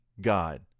God